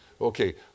Okay